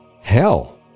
hell